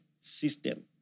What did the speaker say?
system